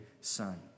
son